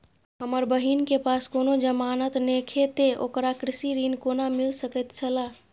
हमर बहिन के पास कोनो जमानत नेखे ते ओकरा कृषि ऋण कोना मिल सकेत छला?